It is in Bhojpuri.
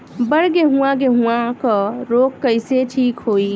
बड गेहूँवा गेहूँवा क रोग कईसे ठीक होई?